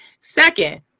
Second